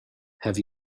have